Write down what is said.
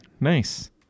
Nice